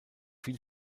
viel